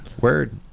word